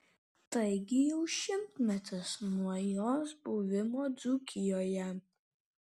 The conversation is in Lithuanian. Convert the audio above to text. taigi jau šimtmetis nuo jos buvimo dzūkijoje